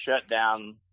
shutdown